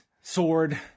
sword